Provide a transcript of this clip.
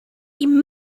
you